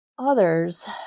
others